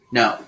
no